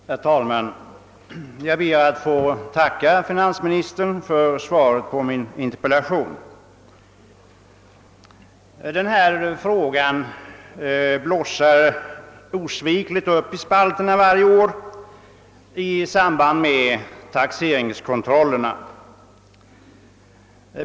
Herr talman! Jag ber att få tacka finansministern för svaret på min interpellation. Denna fråga blossar osvikligt upp i spalterna varje år i samband med taxeringskontrollerna.